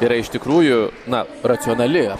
yra iš tikrųjų na racionali